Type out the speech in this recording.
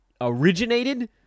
originated